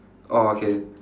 orh okay